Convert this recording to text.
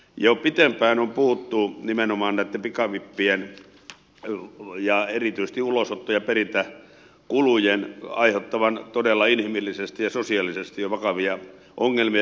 jo pitempään on puhuttu nimenomaan näitten pikavippien ja erityisesti ulosotto ja perintäkulujen aiheuttavan todella inhimillisesti ja sosiaalisesti vakavia ongelmia